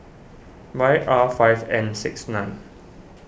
Y R five N six nine